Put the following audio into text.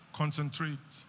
concentrate